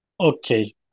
Okay